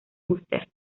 buster